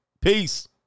Peace